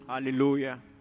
Hallelujah